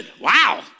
Wow